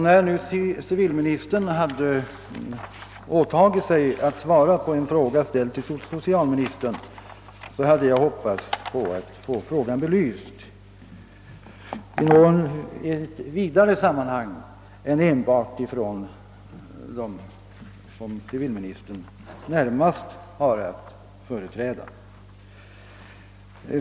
När nu civilministern hade åtagit sig att svara på en fråga ställd till socialministern, hade jag hoppats på att få frågan belyst i ett vidare sammanhang än det som civilministern närmast har att företräda.